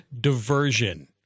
diversion